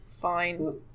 fine